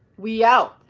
we out